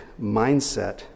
mindset